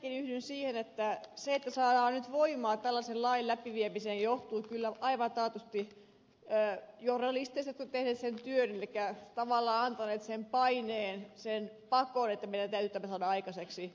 minäkin yhdyn siihen että se että saadaan nyt voimaa tällaisen lain läpiviemiseen johtuu kyllä aivan taatusti journalisteista jotka ovat tehneet sen työn elikkä tavallaan antaneet sen paineen sen pakon että meidän täytyy tämä saada aikaiseksi